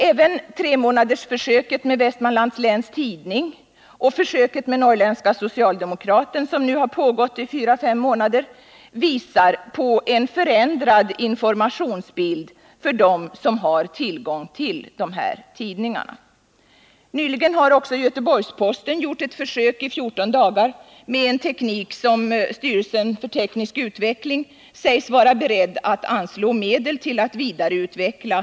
Även tremånadersförsöket med Vestmanlands Läns Tidning och försöket med Norrländska Socialdemokraten Norrbottens Folkblad, som nu pågått i fyra fem månader, visar på en förändrad informationsbild för dem som har tillgång till dessa tidningar. Nyligen har också Göteborgs-Posten gjort ett försök i 14 dagar med en teknik som styrelsen för teknisk utveckling sägs vara beredd att anslå medel till att vidareutveckla.